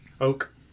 oak